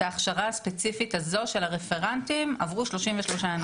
את ההכשרה הספציפית הזו של הרפרנטים עברו 33 אנשים.